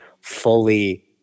fully